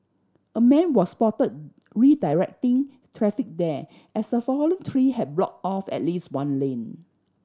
a man was spotted redirecting traffic there as the fallen tree had blocked off at least one lane